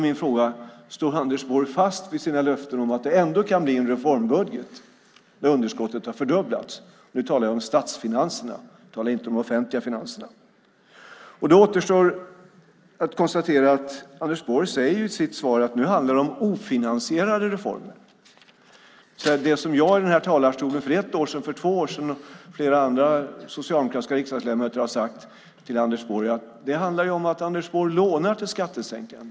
Min fråga är om Anders Borg står fast vid sina löften om att det ändå kan bli en reformbudget när underskottet har fördubblats. Nu talar jag om statsfinanserna, inte om de offentliga finanserna. Det återstår att konstatera att Anders Borg säger i sitt svar att det nu handlar om ofinansierade reformer. Jag och flera andra socialdemokratiska riksdagsledamöter har i den här talarstolen för både ett och två år sedan sagt till Anders Borg att han lånar till skattesänkningar.